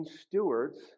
stewards